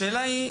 השאלה שלי היא,